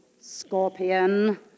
scorpion